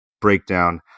breakdown